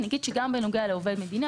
גם בנוגע לעובד מדינה,